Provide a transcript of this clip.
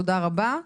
תודה רבה.